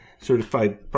certified